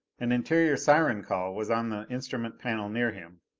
an interior siren call was on the instrument panel near him.